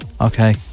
Okay